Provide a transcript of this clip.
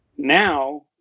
Now